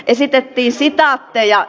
esitettiin sitaatteja